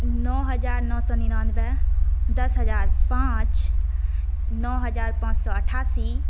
नओ हजार नओ सओ सए निनानबे दस हजार पाँच नओ हजार पाँच सए अठासी